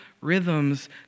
rhythms